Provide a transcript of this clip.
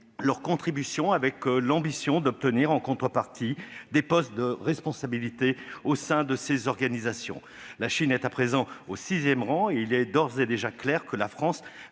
leurs contributions, avec l'ambition d'obtenir en contrepartie des postes de responsabilité au sein de ces organisations. La Chine est à présent au sixième rang ; il est d'ores et déjà clair que la France